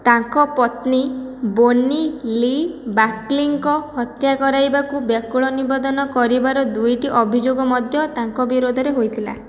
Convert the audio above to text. ତାଙ୍କ ପତ୍ନୀ Bonnie Lee ବାକ୍ଲିଙ୍କ ହତ୍ୟା କରାଇବାକୁ ବ୍ୟାକୁଳ ନିବେଦନ କରିବାର ଦୁଇଟି ଅଭିଯୋଗ ମଧ୍ୟ ତାଙ୍କ ବିରୋଧରେ ହୋଇଥିଲା